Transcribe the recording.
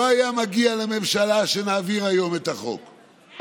לא היה מגיע לממשלה שנעביר היום את החוק,